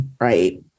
Right